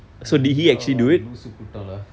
they all one லூசு கூட்டம்:loosu kuutam lah